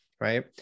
right